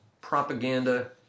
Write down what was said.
propaganda